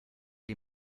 die